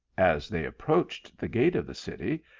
as they approached the gate of the city,